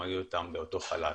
שהיו איתם באותו חלל.